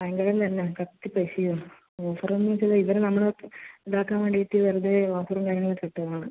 ഭയങ്കരം തന്നെ കത്തി പൈസ യാണ് ഓഫറൊന്നും ഇത് ഇവർ നമ്മളെ ഇതാക്കാൻ വേണ്ടിയിട്ട് വെറുതെ ഓഫറും കാര്യങ്ങളൊക്കെ ഇട്ടത് ആണ്